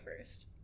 first